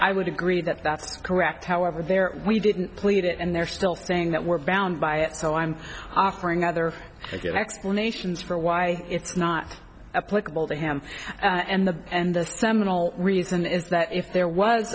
i would agree that that's correct however there we didn't plead it and they're still saying that we're bound by it so i'm offering other good explanations for why it's not applicable to him and the and the seminal reason is that if there was